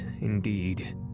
indeed